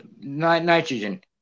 nitrogen